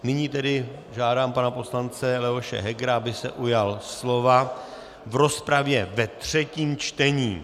Nyní tedy žádám pana poslance Leoše Hegera, aby se ujal slova v rozpravě ve třetím čtení.